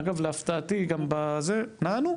אגב, להפתעתי גם בזה, נענו.